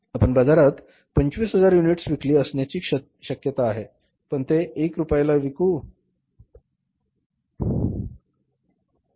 आपण बाजारात 25000 युनिट्स विकली असण्याची शक्यता आहे पण आम्ही ते 1 रुपयाला विकू शकले नाही